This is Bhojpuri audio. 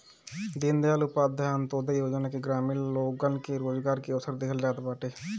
दीनदयाल उपाध्याय अन्त्योदय योजना में ग्रामीण लोगन के रोजगार के अवसर देहल जात बाटे